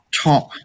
top